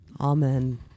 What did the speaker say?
Amen